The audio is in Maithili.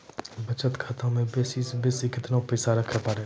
बचत खाता म बेसी से बेसी केतना पैसा रखैल पारों?